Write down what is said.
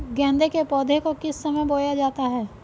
गेंदे के पौधे को किस समय बोया जाता है?